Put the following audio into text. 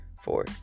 four